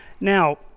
Now